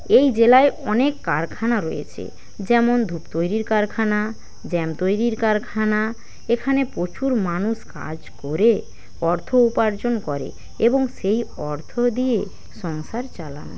এই জেলায় অনেক কারখানা রয়েছে যেমন ধূপ তৈরির কারখানা জ্যাম তৈরির কারখানা এখানে প্রচুর মানুষ কাজ করে অর্থ উপার্জন করে এবং সেই অর্থ দিয়ে সংসার চালান